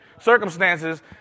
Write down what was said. Circumstances